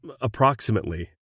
approximately